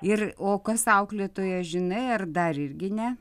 ir o kas auklėtoja žinai ar dar irgi ne